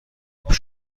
پیش